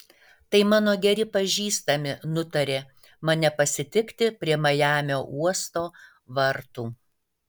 tai mano geri pažįstami nutarė mane pasitikti prie majamio uosto vartų